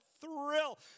thrill